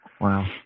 Wow